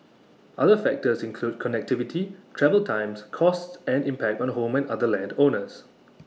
other factors include connectivity travel times costs and impact on home and other land owners